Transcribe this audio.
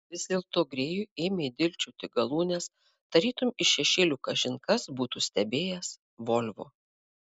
vis dėlto grėjui ėmė dilgčioti galūnes tarytum iš šešėlių kažin kas būtų stebėjęs volvo